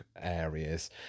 areas